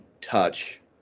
touch